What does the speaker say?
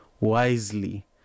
wisely